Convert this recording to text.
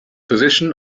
position